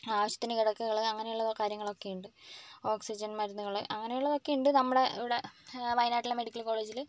ആവശ്യത്തിന് കിടക്കകൾ അങ്ങനെയുള്ള കാര്യങ്ങളൊക്കെ ഉണ്ട് ഓക്സിജൻ മരുന്നുകൾ അങ്ങനെയുള്ളതൊക്കെ ഉണ്ട് നമ്മുടെ ഇവിടെ വയനാട്ടിലെ മെഡിക്കൽ കോളേജിൽ